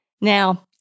Now